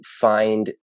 find